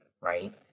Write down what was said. right